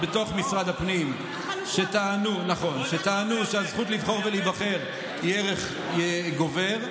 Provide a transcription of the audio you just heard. בתוך משרד הפנים שטענו שהזכות לבחור ולהיבחר היא ערך גובר,